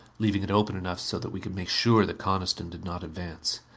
leaving it open enough so that we could make sure that coniston did not advance.